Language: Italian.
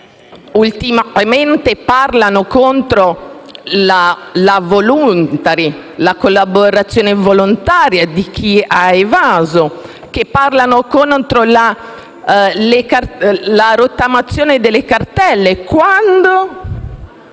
ultimamente parlano contro la collaborazione volontaria di chi ha evaso, contro la rottamazione delle cartelle, quando